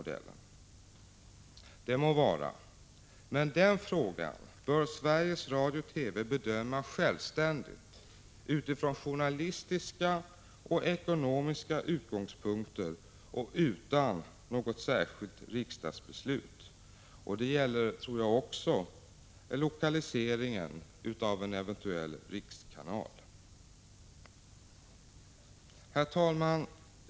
Det må vara, men den frågan bör Sveriges Radio/TV bedöma självständigt utifrån journalistiska och ekonomiska utgångspunkter och utan något särskilt riksdagsbeslut. Det gäller också Herr talman!